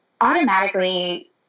automatically